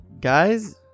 guys